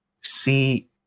see